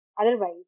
Otherwise